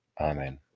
Amen